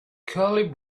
curly